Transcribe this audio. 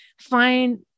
find